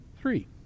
three